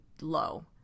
low